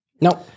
No